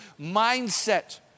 mindset